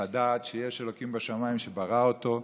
לדעת שיש ה' בשמיים שברא אותו,